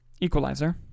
Equalizer